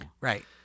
Right